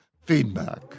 feedback